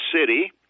city